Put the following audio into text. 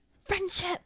Friendship